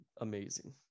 amazing